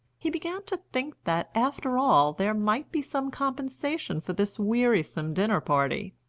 he began to think that, after all, there might be some compensation for this wearisome dinner party.